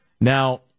Now